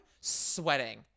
sweating